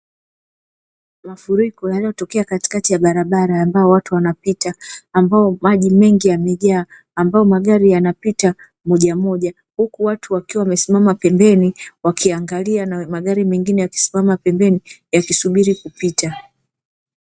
Mafuriko yanayotokea katikati ya barabara ambayo watu wanapita; ambayo maji mengi yamejaa ambayo magari yanapita moja moja, huku watu wakiwa wamesimama pembeni wakiangalia na magari mengine yamesimama pembeni yakisubili kupita.